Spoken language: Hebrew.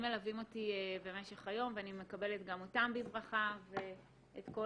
הם מלווים אותי במשך היום ואני מקבלת גם אותם בברכה ואת כל